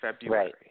February